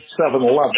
7-Eleven